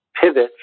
pivot